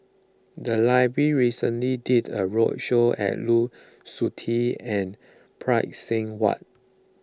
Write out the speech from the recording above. the library recently did a roadshow on Lu Suitin and Phay Seng Whatt